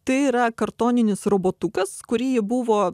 tai yra kartoninis robotukas kurį ji buvo